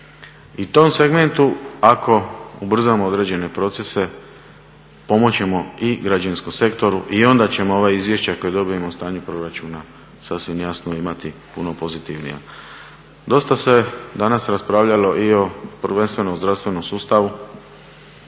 I tom segmentu ako ubrzamo određene procese pomoći ćemo i građevinskom sektoru i onda ćemo ova izvješća koja dobijemo o stanju proračuna sasvim jasno imati puno pozitivnija. Dosta se danas raspravljalo i prvenstveno o zdravstvenom sustavu